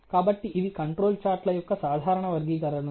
కాబట్టి ఇవి control chart ల యొక్క సాధారణ వర్గీకరణలు